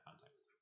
context